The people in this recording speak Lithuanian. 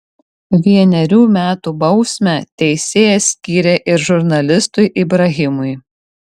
vienerių metų bausmę teisėjas skyrė ir žurnalistui ibrahimui